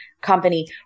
company